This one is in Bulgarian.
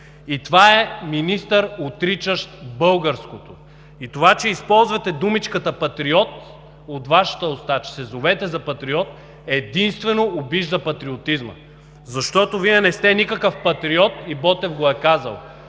и това е министър, отричащ българското. Това, че използвате думичката „патриот“, от Вашата уста, че се зовете за патриот, единствено обижда патриотизма. Защото Вие не сте никакъв патриот, и Ботев го е казал.